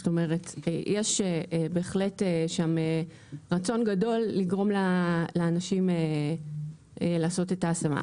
זאת אומרת יש בהחלט שם רצון גדול לגרום לאנשים לעשות את ההשמה.